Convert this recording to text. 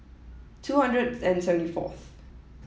two hundred and seventy fourth